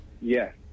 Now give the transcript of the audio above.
yes